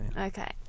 Okay